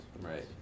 Right